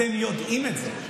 אתם יודעים את זה.